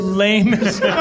lamest